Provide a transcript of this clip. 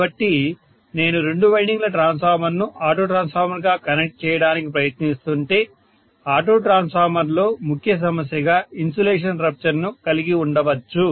కాబట్టి నేను రెండు వైండింగ్ల ట్రాన్స్ఫార్మర్ను ఆటో ట్రాన్స్ఫార్మర్గా కనెక్ట్ చేయడానికి ప్రయత్నిస్తుంటే ఆటో ట్రాన్స్ఫార్మర్లో ముఖ్య సమస్యగా ఇన్సులేషన్ రప్చర్ ను కలిగి ఉండవచ్చు